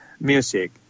music